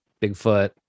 Bigfoot